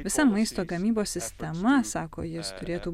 visa maisto gamybos sistema sako jis turėtų